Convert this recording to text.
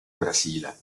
brasile